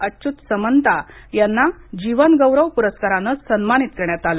अच्यूत समंता यांना जीवन गौरव पुरस्कारा ने सन्मानित करण्यात आले